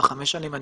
ארבע-חמש שנים.